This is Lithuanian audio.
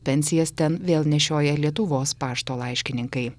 pensijas ten vėl nešioja lietuvos pašto laiškininkai